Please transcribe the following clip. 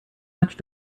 much